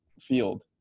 field